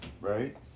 Right